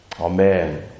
Amen